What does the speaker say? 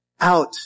out